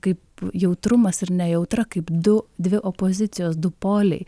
kaip jautrumas ir nejautra kaip du dvi opozicijos du poliai